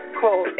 call